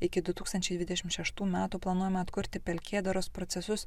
iki du tūkstančiai dvidešimt šeštų metų planuojama atkurti pelkėtyros procesus